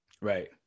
Right